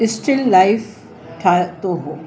still life ठाहियो हो